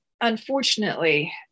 unfortunately